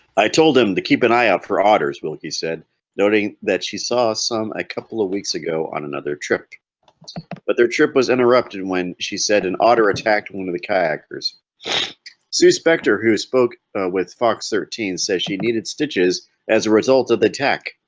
i told him to keep an eye out for otters well. he said noting that she saw some a couple of weeks ago on another trip but their trip was interrupted when she said an otter attacked one of the kayakers sue specter who spoke with fox thirteen says she needed stitches as a result of the tech